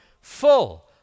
full